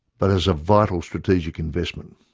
but as a vital strategic investment.